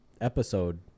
Episode